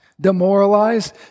demoralized